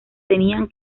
tenían